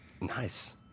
Nice